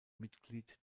mitglied